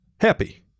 Happy